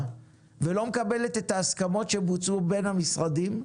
ולא מקבלת את ההסכמות שבוצעו בין המשרדים,